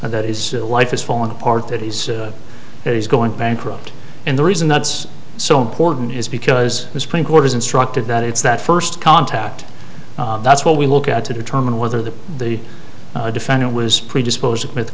is life is falling apart that he's that he's going bankrupt and the reason that's so important is because the supreme court has instructed that it's that first contact that's what we look at to determine whether the the defendant was predisposed to commit the